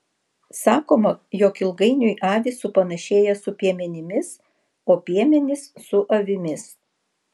sakoma jog ilgainiui avys supanašėja su piemenimis o piemenys su avimis